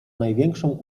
największą